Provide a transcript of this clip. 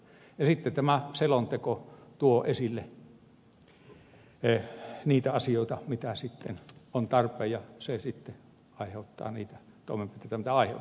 sitten tämä selonteko tuo esille niitä asioita mitä sitten on tarpeen ja se sitten aiheuttaa niitä toimenpiteitä mitä aiheuttaa